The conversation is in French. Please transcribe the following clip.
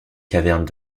cavernes